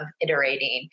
iterating